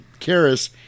Karis